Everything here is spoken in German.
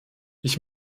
ich